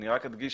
אני רק אדגיש